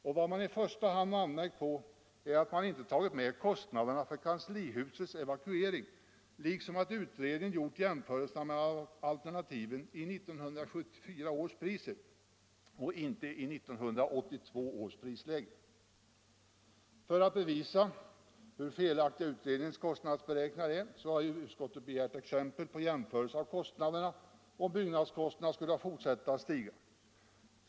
Vad utskottet i första hand anmärkt på är att man inte tagit med kostnaderna för kanslihusets evakuering liksom att utredningen gjort jämförelserna mellan alternativen i 1974 års priser och inte i 1982 års prisläge. För att bevisa hur felaktiga utredningens kostnadsberäkningar är har utskottet begärt exempel på jämförelser av kostnaderna, om byggnadskostnaderna skulle fortsätta att stiga.